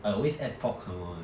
I always add pork somemore leh